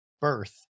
birth